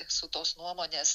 esu tos nuomonės